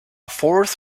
fourth